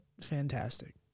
fantastic